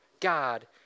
God